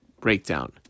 breakdown